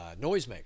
Noisemaker